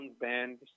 band